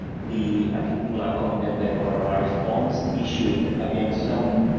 the, i think people are calling them the corona virus bonds issued against some